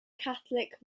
catholic